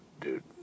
dude